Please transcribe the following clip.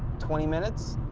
twenty minutes?